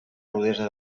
rudesa